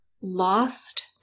lost